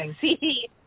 see